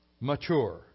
mature